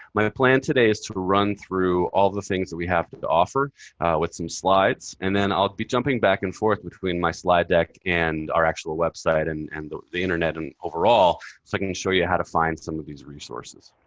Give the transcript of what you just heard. my plan today is to run through all of the things that we have to to offer with some slides. and then i'll be jumping back and forth between my slide deck and our actual website and and the the internet overall so i can show you how to find some of these resources.